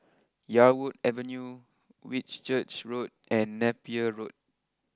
Yarwood Avenue Whitchurch Road and Napier Road